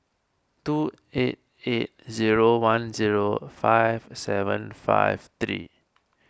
two eight eight zero one zero five seven five three